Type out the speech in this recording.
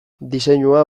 diseinua